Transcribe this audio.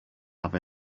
have